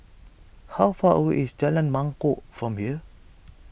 how far away is Jalan Mangkok from here